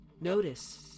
Notice